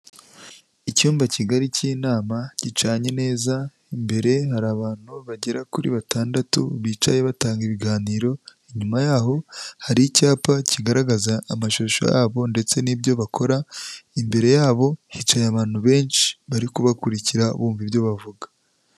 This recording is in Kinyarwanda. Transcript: Icyumba kigari cy'inama gicanye neza imbere hari abantu bagera kuri batandatu bicaye batanga ibiganiro, inyuma yaho hari icyapa kigaragaza amashusho yabo ndetse n'ibyo bakora, imbere yabo hicaye abantu benshi bari kubakurikira bumva ibyo bavuga.